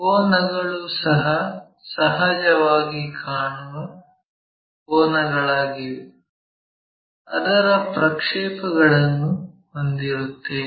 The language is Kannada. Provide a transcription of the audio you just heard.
ಕೋನಗಳು ಸಹ ಸಹಜವಾಗಿ ಕಾಣುವ ಕೋನಗಳಾಗಿವೆ ಅದರ ಪ್ರಕ್ಷೇಪ ಗಳನ್ನು ಹೊಂದಿರುತ್ತೇವೆ